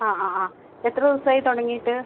ആ ആ ആ എത്ര ദിവസമായി തുടങ്ങിയിട്ട്